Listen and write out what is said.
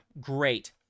great